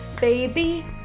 baby